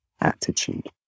attitude